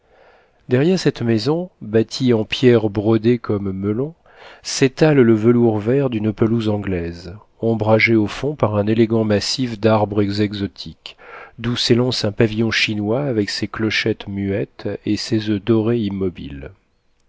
derrière cette maison bâtie en pierre brodée comme melon s'étale le velours vert d'une pelouse anglaise ombragée au fond par un élégant massif d'arbres exotiques d'où s'élance un pavillon chinois avec ses clochettes muettes et ses oeufs dorés immobiles